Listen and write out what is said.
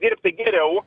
ir geriau